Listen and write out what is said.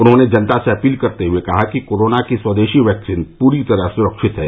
उन्होंने जनता से अपील करते हुए कहा कि कोरोना की स्वदेशाी वैक्सीन पूरी तरह से सुरक्षित है